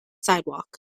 sidewalk